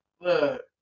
Look